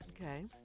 Okay